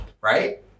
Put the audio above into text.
right